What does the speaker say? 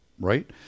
right